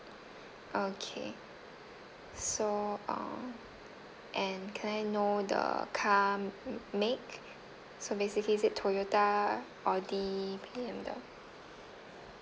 okay so um and can I know the car m~ make so basically is it toyota audi B_M_W